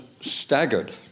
staggered